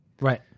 Right